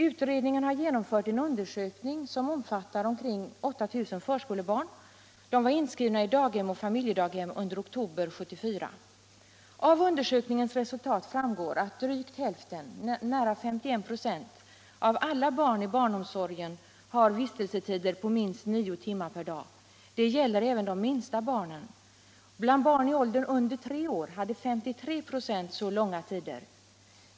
Utredningen har genomfört en undersökning omfattande ca 8 000 förskolebarn inskrivna i daghem och familjedaghem under oktober 1974. Av undersökningens resultat framgår att drygt hälften, nära 51 96, av alla barn i barnomsorgen har vistelsetider på minst nio timmar per dag. Detta gäller även de minsta barnen. Bland barn i åldern under tre år hade 53 96 så långa tider.